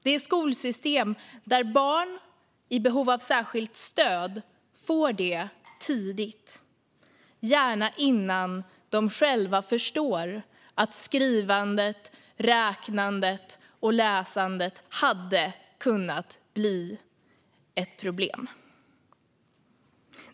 Det är skolsystem där barn i behov av särskilt stöd får det tidigt, gärna innan de själva förstår att skrivandet, räknandet och läsandet hade kunnat bli ett problem.